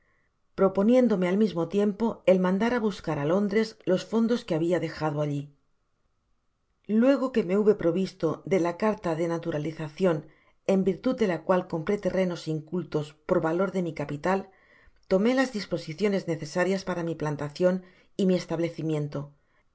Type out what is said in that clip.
search generated at po el mandará bascar á lóndres los fondos que habia dejado alli luego que me hube provisto de la carta de naturalizacion en virtud de la cual compré terrenos incultas por el valor de mi capital tomé las disposiciones necesarias para mi plantacion y mi establecimiento